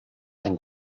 ein